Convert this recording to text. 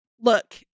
Look